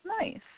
Nice